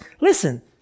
listen